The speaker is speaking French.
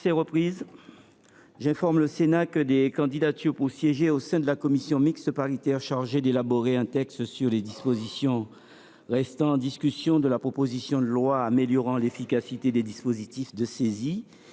est reprise. J’informe le Sénat que des candidatures pour siéger au sein de la commission mixte paritaire chargée d’élaborer un texte sur les dispositions restant en discussion de la proposition de loi améliorant l’efficacité des dispositifs de saisie